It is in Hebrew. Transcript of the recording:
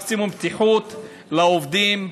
מקסימום בטיחות לעובדים,